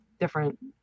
different